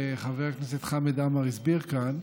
שחבר הכנסת חמד עמאר הסביר כאן.